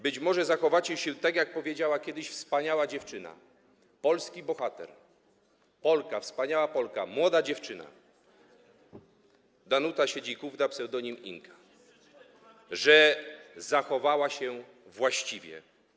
Być może zachowacie się tak, jak powiedziała kiedyś wspaniała dziewczyna, polski bohater, Polka, wspaniała Polka, młoda dziewczyna Danuta Siedzikówna ps. Inka, że zachowała się właściwie.